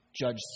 judge